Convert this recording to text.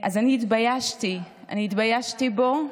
אז אני התביישתי, התביישתי בו.